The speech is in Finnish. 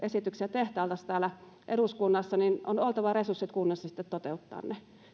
tehtailtaisiin täällä eduskunnassa niin on oltava resurssit kunnassa sitten toteuttaa ne